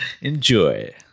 Enjoy